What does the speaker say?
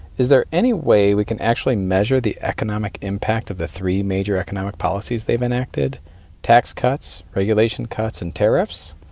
is there any way we can actually measure the economic impact of the three major economic policies they've enacted tax cuts, regulation cuts and tariffs?